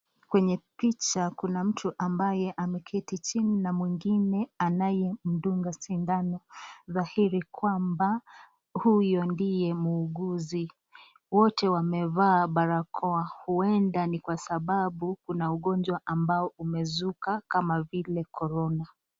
Kwenye picha kuna mtu ambaye ameketi chini na mwingine anaye mdunga sindano dhahiri kwamba huyo ndiye muuguzi. Wote wamevaa barakoa, huenda ni kwa sababu kuna ugonjwa ambao umezuka kama vile korona